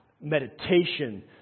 meditation